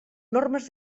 normes